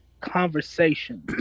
conversation